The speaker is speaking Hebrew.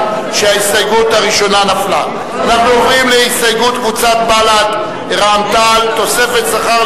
ההסתייגות של קבוצת סיעות בל"ד רע"ם-תע"ל לסעיף 36,